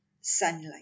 sunlight